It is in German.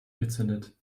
gezündet